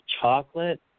chocolate